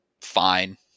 fine